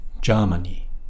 Germany